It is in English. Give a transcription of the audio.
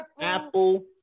Apple